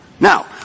Now